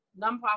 nonprofit